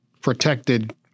protected